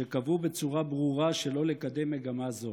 במסגרת